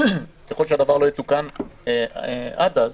ככל שהדבר לא יתוקן עד אז,